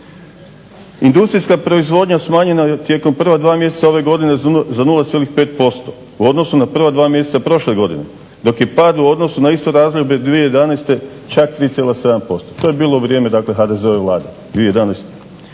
Industrijska proizvodnja smanjena je tijekom prva dva mjeseca ove godine za 0,5% u odnosu na prva dva mjeseca prošle godine, dok je pad u odnosu na isto razdoblje 2011. čak 3,7%. To je bilo u vrijeme, dakle HDZ-ove Vlade 2011.